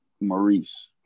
Maurice